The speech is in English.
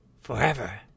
Forever